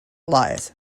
lies